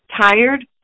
tired